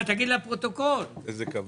שלום,